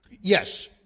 yes